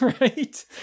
Right